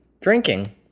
drinking